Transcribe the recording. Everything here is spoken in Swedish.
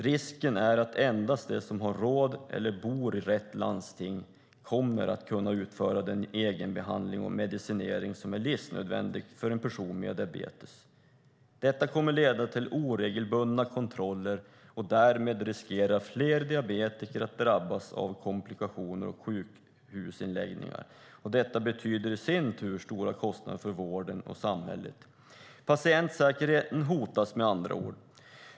Risken är att endast de som har råd eller bor i rätt landsting kommer att kunna utföra den egenbehandling och medicinering som är livsnödvändig för en person med diabetes. Detta kommer att leda till oregelbundna kontroller. Därmed riskerar fler diabetiker att drabbas av komplikationer och sjukhusinläggningar. Detta betyder i sin tur stora kostnader för vården och samhället. Patientsäkerheten hotas med andra ord.